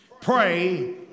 Pray